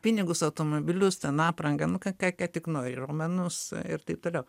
pinigus automobilius ten aprangą nu ką ką ką tik nori ir va menus ir taip toliau